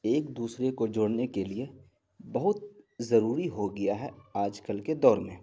ایک دوسرے کو جوڑنے کے لیے بہت ضروری ہو گیا ہے آج کل کے دور میں